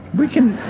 we can